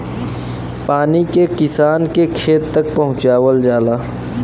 पानी के किसान के खेत तक पहुंचवाल जाला